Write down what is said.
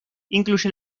incluye